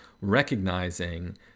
recognizing